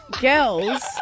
girls